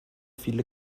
viele